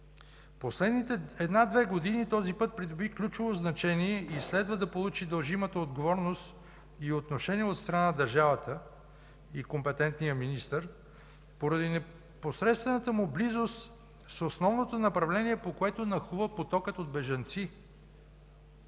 Последните една-две години този път придоби ключово значение, следва да получи дължимата отговорност и отношение от страна на държавата и компетентния министър, поради непосредствената му близост с основното направление, по което нахлува потокът от бежанци